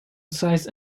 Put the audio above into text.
size